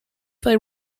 they